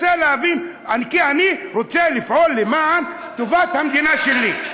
רוצה להבין כי אני רוצה לפעול למען טובת המדינה שלי.